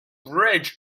bridge